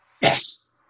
Yes